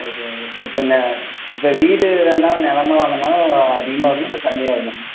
ஓகேங்க இப்போ ந இப்போ வீடு வேண்டாம் நிலமா வாங்கினா அதிகமாக வருமா இல்லை கம்மியாக வருமாங்க